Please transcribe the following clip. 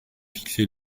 fixé